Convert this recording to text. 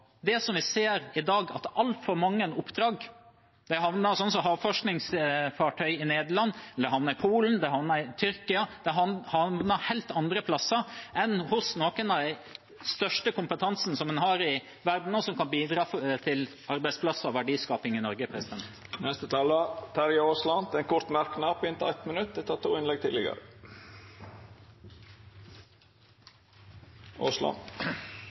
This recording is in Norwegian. det vi ser i dag, at altfor mange oppdrag havner i Nederland, som havforskningsfartøyet, eller de havner i Polen eller i Tyrkia. De havner helt andre plasser enn hos oss, som har noe av den største kompetansen i verden, og som kan bidra til arbeidsplasser og verdiskaping i Norge. Representanten Terje Aasland har hatt ordet to gonger tidlegare og får ordet til ein kort merknad, avgrensa til 1 minutt.